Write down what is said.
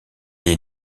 est